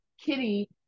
Kitty